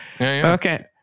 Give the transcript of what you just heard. okay